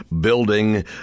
Building